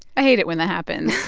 i hate it when that happens